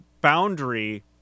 boundary